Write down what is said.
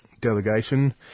delegation